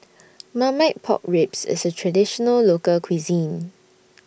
Marmite Pork Ribs IS A Traditional Local Cuisine